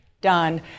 done